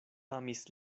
amis